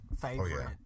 favorite